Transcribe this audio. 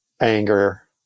anger